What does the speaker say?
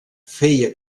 feia